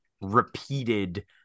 repeated